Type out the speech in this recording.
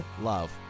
love